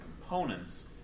components